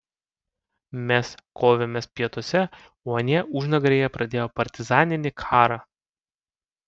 mes kovėmės pietuose o anie užnugaryje pradėjo partizaninį karą